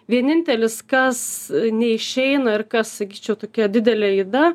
vienintelis kas neišeina ir kas sakyčiau tokia didelė yda